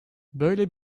böyle